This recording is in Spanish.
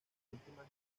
última